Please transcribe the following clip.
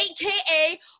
aka